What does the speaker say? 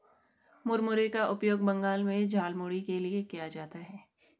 मुरमुरे का उपयोग बंगाल में झालमुड़ी के लिए किया जाता है